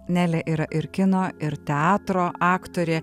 nelė yra ir kino ir teatro aktorė